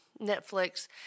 Netflix